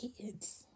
kids